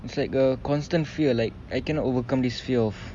it's like a constant fear like I cannot overcome this fear of